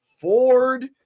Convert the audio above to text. Ford